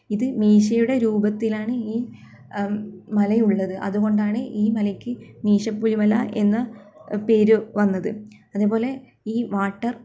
ഇത് മീശയുടെ രൂപത്തിലാണ് ഈ മലയുള്ളത് അതുകൊണ്ടാണ് ഈ മലയ്ക്ക് മീശപ്പുലിമല എന്ന പേര് വന്നത് അതുപോലെ ഈ വാട്ടർ